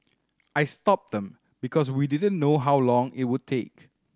I stopped them because we didn't know how long it would take